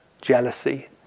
jealousy